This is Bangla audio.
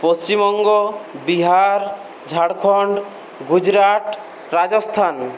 পশ্চিমবঙ্গ বিহার ঝাড়খণ্ড গুজরাট রাজস্থান